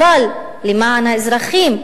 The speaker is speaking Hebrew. אבל למען האזרחים,